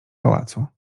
pałacu